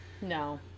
No